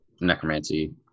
necromancy